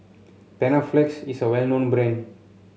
Panaflex is well known brand